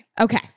Okay